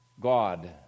God